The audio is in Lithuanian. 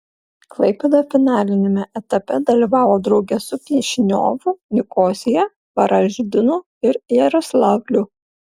klaipėda finaliniame etape dalyvavo drauge su kišiniovu nikosija varaždinu ir jaroslavliu